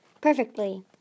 Perfectly